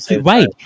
Right